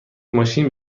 ماشین